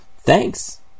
Thanks